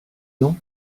nom